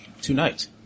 Tonight